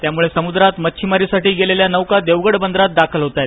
त्यामुळे समुद्रात मच्छीमारीसाठी गेलेल्या नौका देवगड बंदरात दाखल होत आहेत